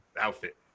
outfit